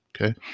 Okay